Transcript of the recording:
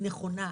היא נכונה.